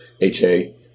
ha